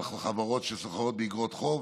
על חברות שסוחרות באיגרות חוב,